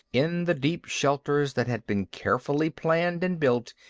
in the deep shelters that had been carefully planned and built,